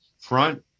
front